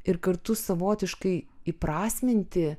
ir kartu savotiškai įprasminti